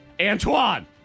Antoine